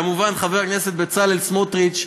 כמובן, חבר הכנסת בצלאל סמוטריץ,